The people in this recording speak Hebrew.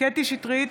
קטי קטרין שטרית,